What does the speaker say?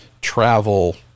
travel